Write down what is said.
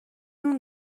اون